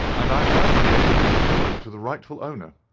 and i am glad to be able to restore it to the rightful owner.